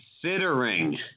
considering